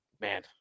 man